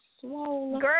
Girl